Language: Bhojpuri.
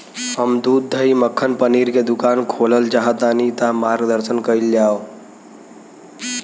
हम दूध दही मक्खन पनीर के दुकान खोलल चाहतानी ता मार्गदर्शन कइल जाव?